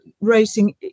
racing